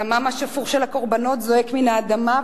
דמם השפוך של הקורבנות זועק מן האדמה,